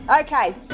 okay